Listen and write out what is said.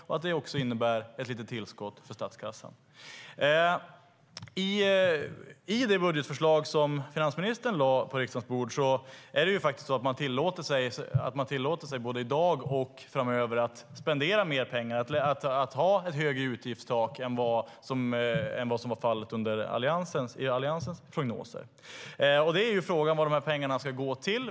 Det innebär också ett litet tillskott i statskassan.I det budgetförslag som finansministern lade på riksdagens bord tillåter man sig faktiskt både i dag och framöver att spendera mer pengar och ha ett högre utgiftstak än vad som var fallet i Alliansens prognoser. Det är frågan vad dessa pengar ska gå till.